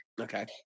Okay